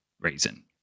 reason